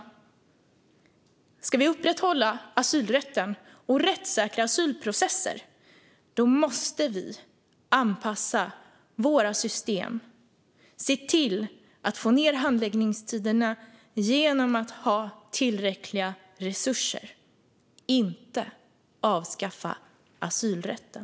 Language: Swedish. Om vi ska upprätthålla asylrätten och ha rättssäkra asylprocesser måste vi anpassa våra system och få ned handläggningstiderna genom att ha tillräckliga resurser. Vi ska inte avskaffa asylrätten.